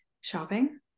shopping